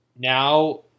now